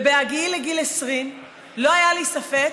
ובהגיעי לגיל 20 לא היה לי ספק